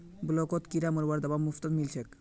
ब्लॉकत किरा मरवार दवा मुफ्तत मिल छेक